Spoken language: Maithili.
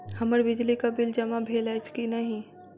हम्मर बिजली कऽ बिल जमा भेल अछि की नहि?